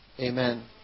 Amen